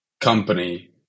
company